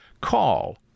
call